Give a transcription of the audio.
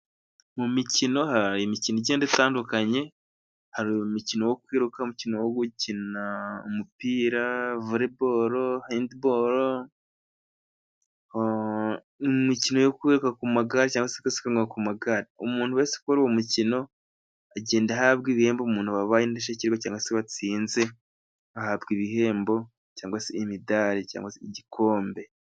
Mu mikino hari imikino igenda itandukanye hari umukino wo kwiruka, umukino wo gukina umupira, vore boro, hendi boro imikino yo kwiruka ku magare cyangwa gusiganwa ku magare umuntu wese kuri uwo mukino agenda ahabwa ibihembo umuntu wabaye indashikirwa cyangwa se umuti wese watsinze ahabwa ibihembo cyangwa se imidari cyangwa se gikombe.